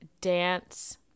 dance